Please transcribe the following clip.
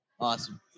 awesome